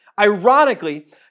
Ironically